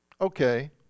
Okay